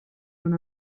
non